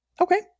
Okay